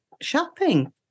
shopping